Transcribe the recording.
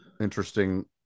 interesting